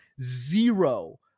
zero